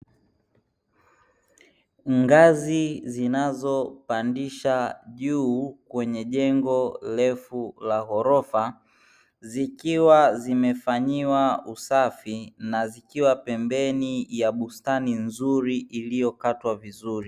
Ngazi zinazopandisha juu kwenye jengo refu la ghorofa zikiwa zimefanyiwa usafi na zikiwa pembeni ya bustani nzuri iliyokatwa vizuri.